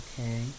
Okay